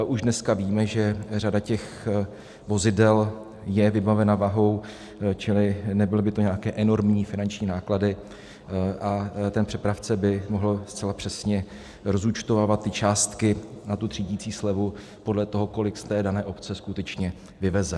Už dneska víme, že řada těch vozidel je vybavena váhou, čili nebyly by to nějaké enormní finanční náklady a ten přepravce by mohl zcela přesně rozúčtovávat ty částky na tu třídicí slevu podle toho, kolik z té dané obce skutečně vyveze.